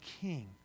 king